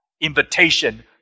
invitation